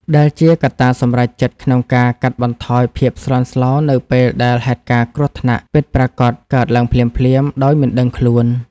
ដែលជាកត្តាសម្រេចចិត្តក្នុងការកាត់បន្ថយភាពស្លន់ស្លោនៅពេលដែលហេតុការណ៍គ្រោះថ្នាក់ពិតប្រាកដកើតឡើងភ្លាមៗដោយមិនដឹងខ្លួន។